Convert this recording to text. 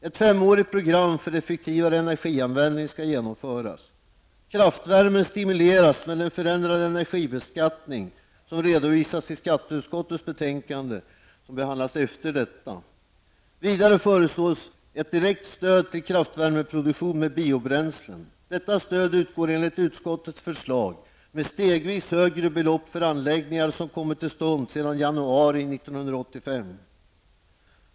Ett femårigt program för effektivare energianvändning skall genomföras. Kraftvärmen stimuleras med en förändrad energibeskattning som redovisas i skatteutskottets betänkande som behandlas efter detta. Vidare föreslås ett direkt stöd till kraftvärmeproduktion med biobränslen. Detta stöd utgår enligt utskottets förslag med stegvis högre belopp för anläggningar som kommit till stånd sedan januari 1985.